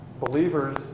Believers